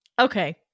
Okay